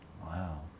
Wow